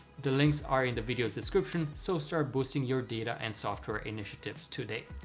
the links are in the video's description so start boosting your data and software initiatives today.